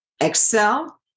Excel